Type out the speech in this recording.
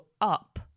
up